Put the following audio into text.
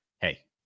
Hey